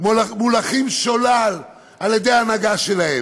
מולכים שולל על ידי ההנהגה שלהם,